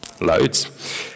Loads